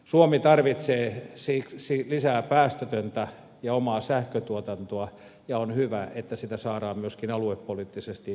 suomi tarvitsee lisää päästötöntä ja omaa sähköntuotantoa ja on hyvä että sitä saadaan myöskin aluepoliittisesti pohjois suomeen